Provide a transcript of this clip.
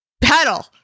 pedal